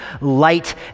Light